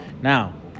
Now